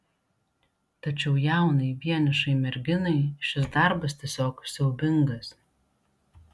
tačiau jaunai vienišai merginai šis darbas tiesiog siaubingas